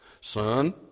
Son